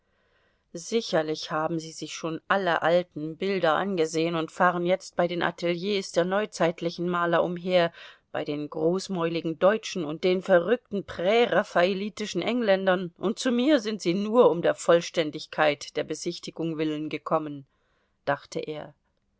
sicherlich haben sie sich schon alle alten bilder angesehen und fahren jetzt bei den ateliers der neuzeitlichen maler umher bei den großmäuligen deutschen und den verrückten präraffaelitischen engländern und zu mir sind sie nur um der vollständigkeit der besichtigung willen gekommen dachte er